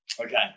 Okay